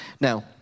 Now